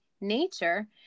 nature